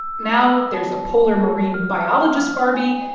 now there's a polar marine biologist barbie,